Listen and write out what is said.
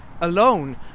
alone